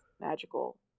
magical